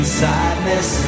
sadness